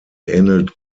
ähnelt